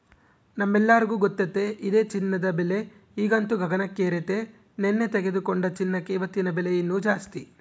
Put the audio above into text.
ನಮ್ಮೆಲ್ಲರಿಗೂ ಗೊತ್ತತೆ ಇದೆ ಚಿನ್ನದ ಬೆಲೆ ಈಗಂತೂ ಗಗನಕ್ಕೇರೆತೆ, ನೆನ್ನೆ ತೆಗೆದುಕೊಂಡ ಚಿನ್ನಕ ಇವತ್ತಿನ ಬೆಲೆ ಇನ್ನು ಜಾಸ್ತಿ